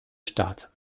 staat